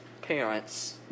parents